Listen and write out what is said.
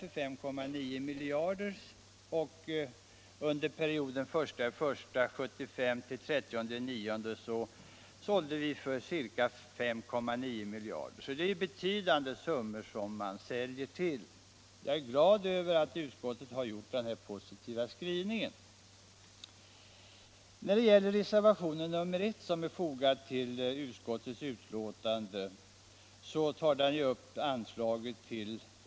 Vi sålde år 1974 för 5,9 miljarder kronor till Danmark och under tiden den 1 januari till 30 september 1975 sålde vi för samma belopp. Det är alltså betydande summor Sverige säljer för.